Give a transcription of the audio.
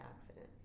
accident